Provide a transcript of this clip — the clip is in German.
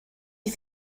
die